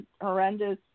horrendous